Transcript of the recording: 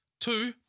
Two